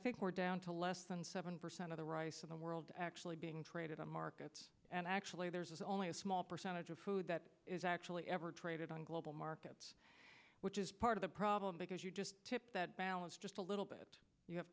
think we're down to less than seven percent of the rice of the world actually being traded on markets and actually there's only a small percentage of food that is actually ever traded on global markets which is part of the problem because you just tip that balance just a little bit you have